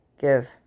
give